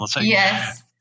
Yes